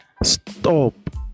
stop